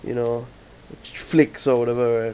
you know flicks or whatever right